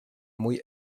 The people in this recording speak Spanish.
muy